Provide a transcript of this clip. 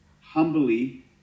humbly